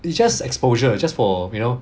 it just exposure just for you know